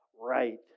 right